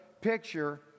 picture